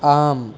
आम्